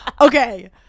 okay